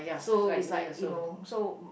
so is like you know so